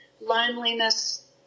loneliness